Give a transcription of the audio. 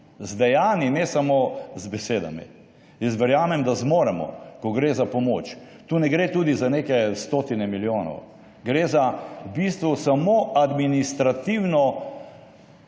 dejanji, ne samo z besedami! Jaz verjamem, da zmoremo, ko gre za pomoč. Tu ne gre tudi za neke stotine milijonov, gre za v bistvu samo za zmanjšanje